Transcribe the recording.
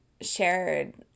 shared